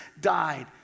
died